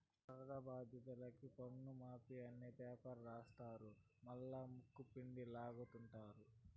వరద బాధితులకి పన్నుమాఫీ అని పేపర్ల రాస్తారు మల్లా ముక్కుపిండి లాగతండారు